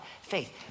Faith